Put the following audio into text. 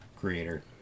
Creator